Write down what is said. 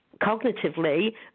cognitively